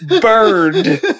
burned